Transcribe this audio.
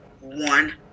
one